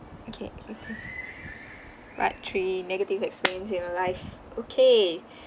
okay ready part three negative experience in your life okay